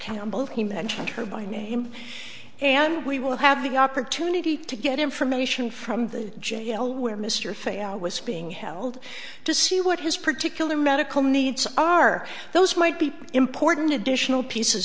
campbell he mentioned her by name and we will have the opportunity to get information from the jail where mr fay out was being held to see what his particular medical needs are those might be important additional pieces